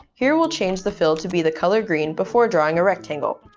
here we'll change the fill to be the color green before drawing a rectangle.